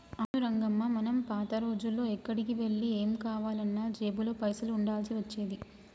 అవును రంగమ్మ మనం పాత రోజుల్లో ఎక్కడికి వెళ్లి ఏం కావాలన్నా జేబులో పైసలు ఉండాల్సి వచ్చేది